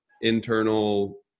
internal